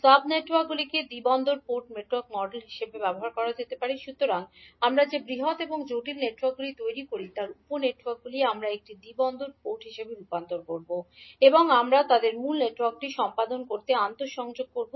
sub নেটওয়ার্কগুলিকে দ্বি port network হিসাবে মডেল করা যেতে পারে সুতরাং আমরা যে বৃহত এবং জটিল নেটওয়ার্কগুলি তৈরি করি তার উপ নেটওয়ার্কগুলি আমরা একটি দ্বি পোর্ট নেটওয়ার্ক হিসাবে রূপান্তর করব এবং আমরা তাদের মূল নেটওয়ার্কটি সম্পাদন করতে আন্তঃসংযোগ করব